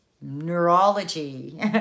neurology